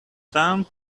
down